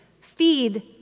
feed